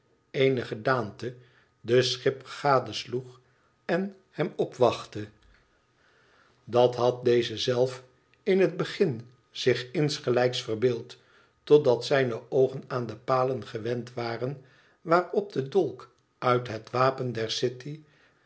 eene gedaante den schipper gadesloeg en hem opwachtte dat had deze zelf in het begin zich insgelijks verbeeld totdat zijne oogen aan de palen gewend waren waarop de dolk uit het wapen der city